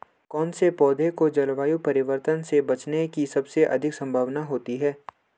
कौन से पौधे को जलवायु परिवर्तन से बचने की सबसे अधिक संभावना होती है?